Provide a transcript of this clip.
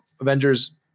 avengers